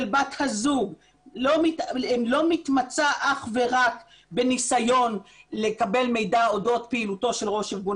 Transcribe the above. בת הזוג לא מתמצה אך ורק בניסיון לקבל מידע אודות פעילותו של ראש ארגון